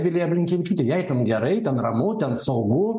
vilija blinkevičiūtė jai ten gerai ten ramu ten saugu